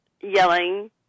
yelling